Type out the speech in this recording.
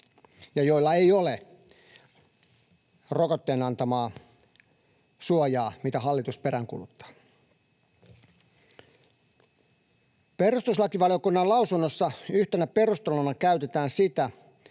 ja joilla ei ole rokotteen antamaa suojaa, mitä hallitus peräänkuuluttaa. Perustuslakivaliokunnan lausunnossa yhtenä perusteluna käytetään sitä,